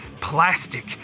Plastic